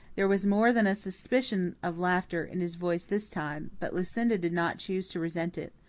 there was more than a suspicion of laughter in his voice this time, but lucinda did not choose to resent it.